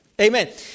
Amen